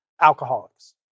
alcoholics